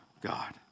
God